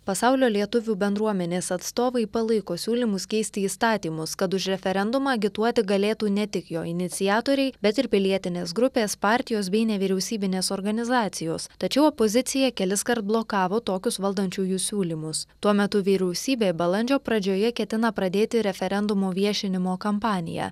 pasaulio lietuvių bendruomenės atstovai palaiko siūlymus keisti įstatymus kad už referendumą agituoti galėtų ne tik jo iniciatoriai bet ir pilietinės grupės partijos bei nevyriausybinės organizacijos tačiau opozicija keliskart blokavo tokius valdančiųjų siūlymus tuo metu vyriausybė balandžio pradžioje ketina pradėti referendumo viešinimo kampaniją